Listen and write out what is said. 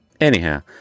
Anyhow